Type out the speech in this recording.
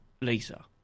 Lisa